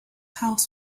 house